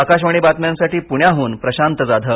आकाशवाणी बातम्यांसाठी पुण्याहून प्रशांत जाधव